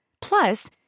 Plus